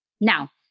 Now